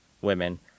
women